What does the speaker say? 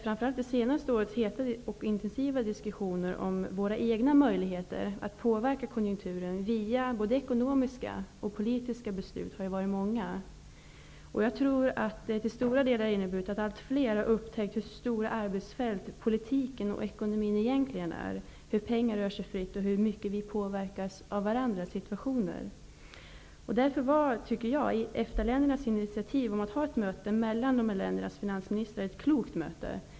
Framför allt det senaste årets heta och intensiva diskussioner om våra egna möjligheter att påverka konjunkturen via både ekonomiska och politiska beslut har varit många. Jag tror att det till stor del har medfört att flera har upptäckt hur stora arbetsfält politiken och ekonomin egentligen är, hur pengar rör sig fritt och hur mycket vi påverkas av varandras situationer. EFTA-ländernas initiativ till att ha ett möte mellan EG och EFTA-ländernas finansministrar var därför klokt.